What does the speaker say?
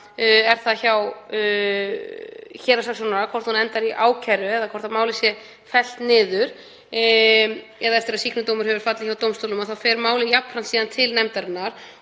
er það hjá héraðssaksóknara hvort hún endar í ákæru eða hvort málið er fellt niður eða eftir að sýknudómur hefur fallið hjá dómstólum, þá fer málið jafnframt til nefndarinnar.